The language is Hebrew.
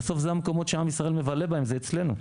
בסוף אלה המקומות שעם ישראל מבלה בהם, אצלנו.